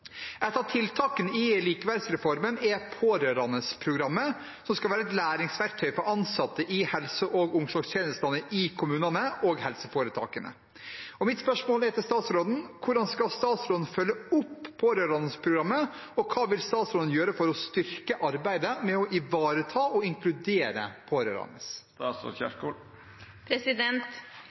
et av hovedinnsatsområdene «ivareta og inkludere pårørende». Et av tiltakene er pårørendeprogrammet, som skal være et læringsverktøy for ansatte i helse- og omsorgstjenesten i kommunene og helseforetakene. Hvordan skal statsråden følge opp pårørendeprogrammet, og hva vil statsråden gjøre for å styrke arbeidet med å ivareta og inkludere pårørende?»